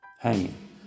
hanging